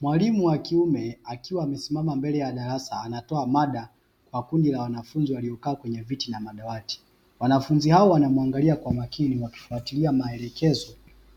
Mwalimu wa kiume akiwa amesimama mbele ya darasa anatoa mada kwa kundi la wanafunzi waliokaa kwenye viti na madawati, wanafunzi hao wanamuangalia kwa umakini wakifuatilia maelekezo